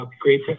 great